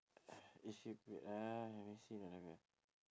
if you could uh let me see got another